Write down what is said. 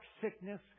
sickness